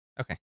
Okay